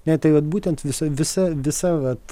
ne tai vat būtent vis visa visa vat